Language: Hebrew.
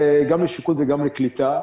גם לשיכון וגם לקליטה.